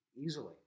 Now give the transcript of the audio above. easily